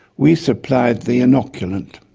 we supplied the inoculant.